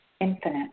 infinite